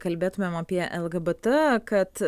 kalbėtumėm apie lgbt kad